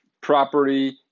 property